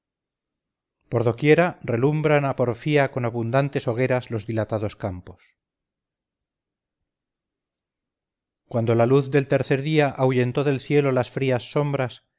por doquiera relumbran a porfía con abundantes hogueras los dilatados campos cuando la luz del tercer día ahuyentó del cielo las frías sombras